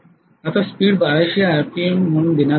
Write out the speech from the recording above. आता speed 1200 RPM म्हणून देण्यात आला आहे